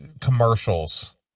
commercials